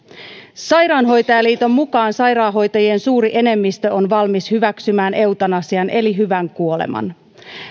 sairaanhoitajaliiton mukaan sairaanhoitajien suuri enemmistö on valmis hyväksymään eutanasian eli hyvän kuoleman